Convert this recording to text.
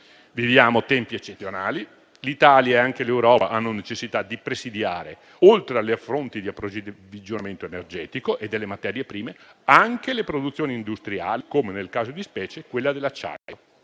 viviamo tempi eccezionali, l'Italia e anche l'Europa hanno necessità di presidiare, oltre alle fonti di approvvigionamento energetico e delle materie prime, anche le produzioni industriali, come nel caso di specie quella dell'acciaio.